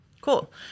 Cool